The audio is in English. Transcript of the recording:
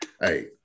Hey